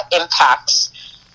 impacts